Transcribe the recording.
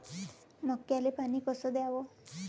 मक्याले पानी कस द्याव?